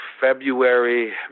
February